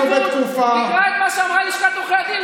תקרא את מה שאמרה לשכת עורכי הדין,